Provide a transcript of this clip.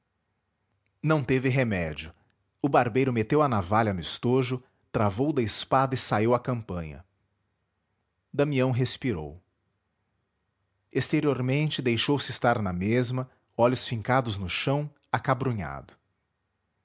não teve remédio o barbeiro meteu a navalha no estojo travou da espada e saiu à campanha damião respirou exteriormente deixou-se estar na mesma olhos fincados no chão